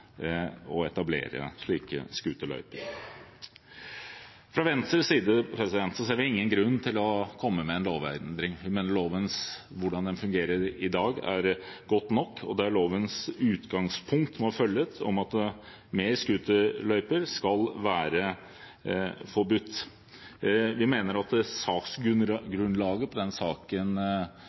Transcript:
å tillate kommunene å etablere slike scooterløyper. Fra Venstres side ser vi ingen grunn til å komme med en lovendring. Vi mener loven, slik den fungerer i dag, er god nok, og at lovens utgangspunkt må følges – at flere scooterløyper skal være forbudt. Vi mener saksgrunnlaget for den saken